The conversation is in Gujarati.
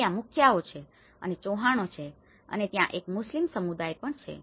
ત્યાં મુખ્યાઓ અને ચૌહાણો છે અને ત્યાં એક મુસ્લિમ સમુદાય પણ છે